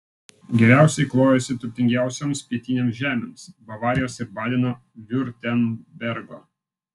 geriausiai klojasi turtingiausioms pietinėms žemėms bavarijos ir badeno viurtembergo